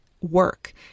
work